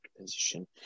position